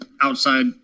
outside